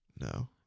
no